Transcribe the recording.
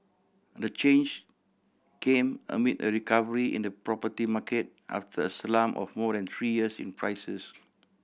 the change came amid a recovery in the property market after a slump of more than three years in prices